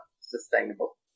sustainable